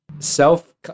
Self